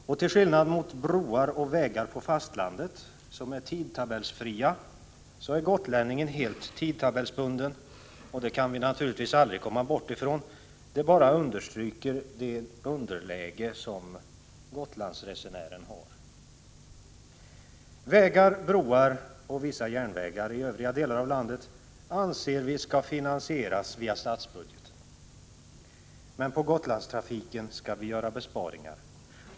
Och till skillnad från broar och vägar på fastlandet, som är tidtabellsfria, är gotlänningen helt tidtabellsbunden. Det kan vi naturligtvis aldrig komma bort ifrån. Det bara understryker det underläge som Gotlandsresenären har. Vägar, broar och vissa järnvägar i övriga delar av landet anser vi skall finansieras via statsbudgeten. Men på Gotlandstrafiken skall vi göra besparingar.